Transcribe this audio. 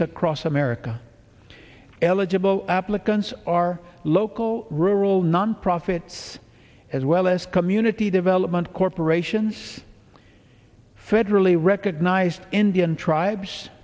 across america eligible applicants are local rural non profits as well as community development corporations federally recognized indian tribes